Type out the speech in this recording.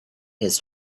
his